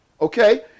okay